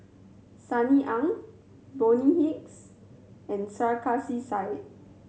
Sunny Ang Bonny Hicks and Sarkasi Said